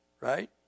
right